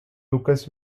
lucas